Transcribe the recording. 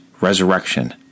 resurrection